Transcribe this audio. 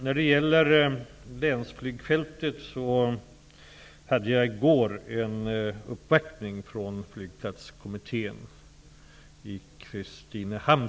När det gäller länsflygfältet uppvaktades jag i går av flygplatskommittén i Kristinehamn.